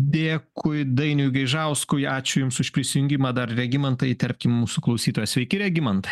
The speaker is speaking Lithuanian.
dėkui dainiui gaižauskui ačiū jums už prisijungimą dar regimantai įterpkim mūsų klausytojas sveiki regimantai